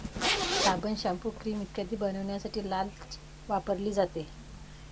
साबण, shampoo, cream इत्यादी बनवण्यासाठी लाच वापरली जाते